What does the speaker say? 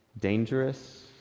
dangerous